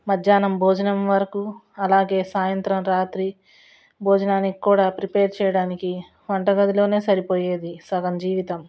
మధ్యాహ్నం భోజనం వరకు అలాగే సాయంత్రం రాత్రి భోజనానికి కూడా ప్రిపేర్ చేయడానికి వంట గదిలోనే సరిపోయేది సగం జీవితం